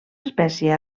espècie